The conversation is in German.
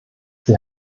sie